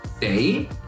day